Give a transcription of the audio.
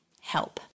help